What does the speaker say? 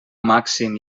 màxim